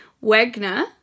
Wagner